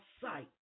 sight